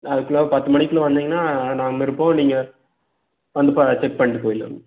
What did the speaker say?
அதுக்குள்ளாற பத்து மணிக்குள்ளே வந்தீங்கன்னா நாம இருப்போம் நீங்கள் வந்து பா செக் பண்ணிவிட்டு போயிடலாண்ணா